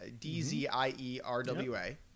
D-Z-I-E-R-W-A